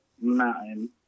mountain